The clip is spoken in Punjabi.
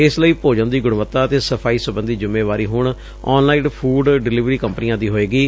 ਇਸ ਲਈ ਭੋਜਨ ਦੀ ਗੁਣਵਤਾ ਅਤੇ ਸਫਾਈ ਸਬੰਧੀ ਜਿੰਮੇਵਾਰੀ ਹੁਣ ਆਨਲਾਈਨ ਫੂਡ ਡਿਲਵਰੀ ਕੰਪਨੀਆਂ ਦੀ ਹੋਵੇਗੀ